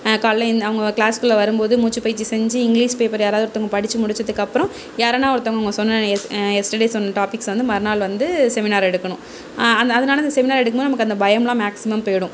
காலையில் அவங்க கிளாஸ்குள்ளே வரும்போது மூச்சு பய்ர்ச்சி செஞ்சு இங்கிலீஷ் பேப்பர் யாராவது ஒருத்தவங்க படித்து முடிச்சதுக்கப்றம் யாரன்னா ஒருத்தவங்க அவங்க சொன்ன எஸ்டர்டே சொன்ன டாப்பிக்ஸை வந்து மறுநாள் வந்து செமினார் எடுக்கணும் அதனால அந்த செமினார் எடுக்கும்போது நமக்கு அந்த பயம்லாம் மேக்ஸிமம் போய்டும்